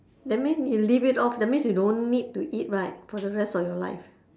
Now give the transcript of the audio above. that mean you leave it off that means you don't need to eat right for the rest of your life